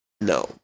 No